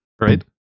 Right